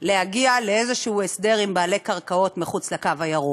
להגיע להסדר כלשהו עם בעלי קרקעות מחוץ לקו הירוק.